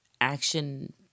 action